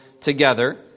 together